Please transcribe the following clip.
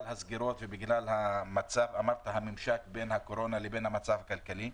הסגרים והממשק בין הקורונה לבין המצב הכלכלי,